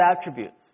attributes